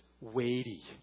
weighty